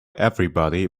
everybody